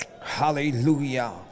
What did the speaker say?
Hallelujah